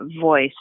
voice